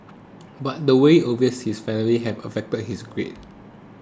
but the way over his family have affected his grades